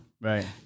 Right